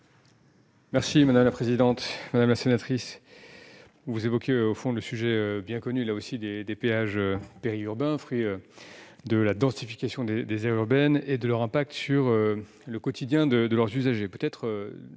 le ministre délégué. Madame la sénatrice, vous évoquiez au fond le sujet bien connu des péages périurbains, fruit de la densification des aires urbaines et de leur impact sur le quotidien de leurs usagers.